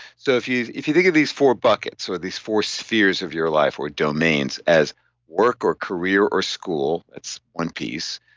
so if you if you think of these four buckets or these four spheres of your life or domains as work or career or school, it's one piece.